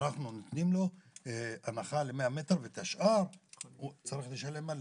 אנחנו נותנים לו הנחה ל-100 מטר ואת השאר הוא צריך לשלם מלא.